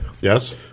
Yes